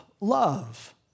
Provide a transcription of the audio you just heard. love